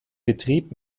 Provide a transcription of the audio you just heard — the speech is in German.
betrieb